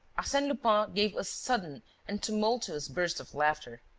arsene lupin gave a sudden and tumultuous burst of laughter.